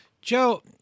Joe